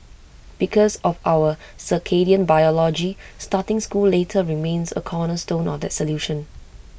because of our circadian biology starting school later remains A cornerstone of that solution